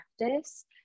practice